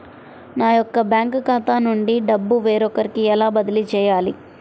నా యొక్క బ్యాంకు ఖాతా నుండి డబ్బు వేరొకరికి ఎలా బదిలీ చేయాలి?